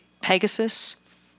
Pegasus